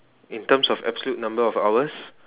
in terms of absolute number of hours